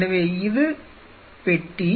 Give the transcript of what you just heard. எனவே இது பெட்டி